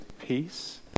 peace